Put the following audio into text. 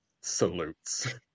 Salutes